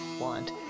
want